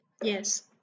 Yes